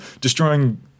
Destroying